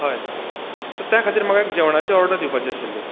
हय सो त्या खातीर म्हाका एक जेवणाची ओर्डर दिवपाची आशिल्ली